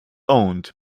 owned